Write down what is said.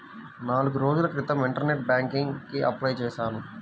నాల్గు రోజుల క్రితం ఇంటర్నెట్ బ్యేంకింగ్ కి అప్లై చేశాను